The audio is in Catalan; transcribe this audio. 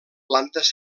plantes